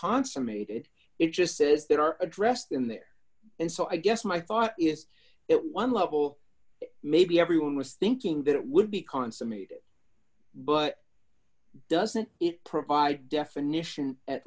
consummated it just says there are addressed in there and so i guess my thought is it one level maybe everyone was thinking that it would be consummated but doesn't it provide definition at